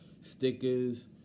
stickers